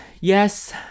Yes